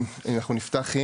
עם מה נפתח?